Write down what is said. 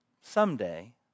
someday